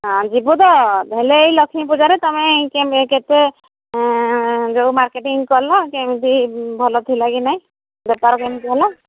ହଁ ଯିବୁ ତ ହେଲେ ଏଇ ଲକ୍ଷ୍ମୀ ପୂଜାରେ ତୁମେ କେତେ ଯୋଉ ମାର୍କେଟିଂ କଲ କେମିତି ଭଲ ଥିଲା କି ନାଇଁ ବେପାର କେମିତି ହେଲା